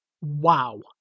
Wow